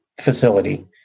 facility